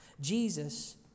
Jesus